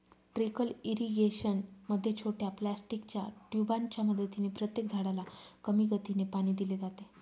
trickle irrigation मध्ये छोट्या प्लास्टिकच्या ट्यूबांच्या मदतीने प्रत्येक झाडाला कमी गतीने पाणी दिले जाते